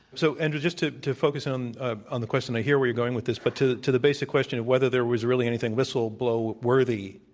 so, andrew, just to to focus on ah on the question i hear where you're going with this. but to to the basic question of whether there was really anything whistle blow worthy